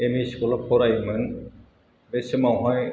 ME स्कुलाव फरायोमोन बे समावहाय